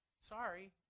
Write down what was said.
sorry